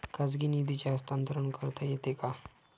खाजगी निधीचे हस्तांतरण करता येते का?